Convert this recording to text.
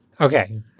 Okay